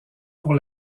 pour